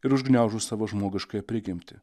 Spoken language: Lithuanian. ir užgniaužus savo žmogiškąją prigimtį